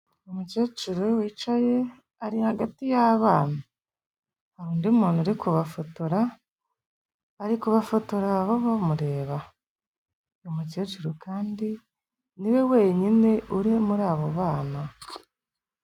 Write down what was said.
Umukecuru wicaye, ari hagati y'abana, hari undi muntu uri kubafotora, ari kubafotora bo bamureba, uyu umukecuru kandi ni we wenyine uri muri abo bana.